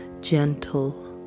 gentle